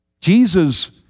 Jesus